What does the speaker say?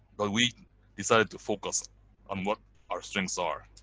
but we decided to focus on what our strengths are.